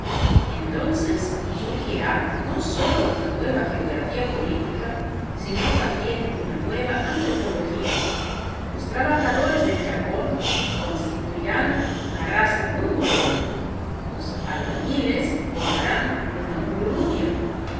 entonces surgirá no sólo una nueva geografía política sino también una nueva antropología los trabajadores del carbón constituirán una raza muy morena los albañiles formarán una muy rubia